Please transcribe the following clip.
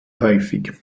häufig